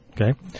okay